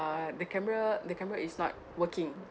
the camera the camera is not working